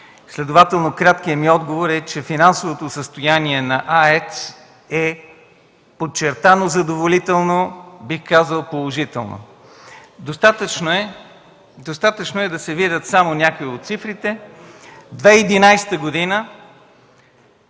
отговори. Краткият ми отговор е, че финансовото състояние на АЕЦ е подчертано задоволително, бих казал, положително. Достатъчно е да се видят само някои от цифрите. Реално